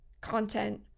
content